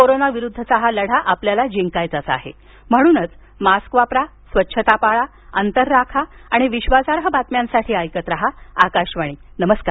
कोरोनाविरुद्धचा हा लढा आपल्याला जिंकायचा आहे म्हणूनच मास्क वापरा स्वच्छता पाळा अंतर राखा आणि विश्वासार्ह बातम्यांसाठी ऐकत रहा आकाशवाणी नमस्कार